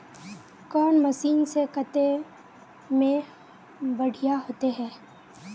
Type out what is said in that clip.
कौन मशीन से कते में बढ़िया होते है?